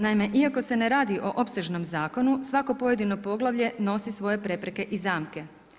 Naime, iako se ne radi o opsežnom zakonu, svako svoje poglavlje nosi svoje prepreke i zamke.